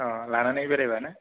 लानानै बेरायबा ना